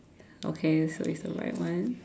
okay so it's the right one